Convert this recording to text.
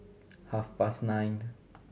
half past nine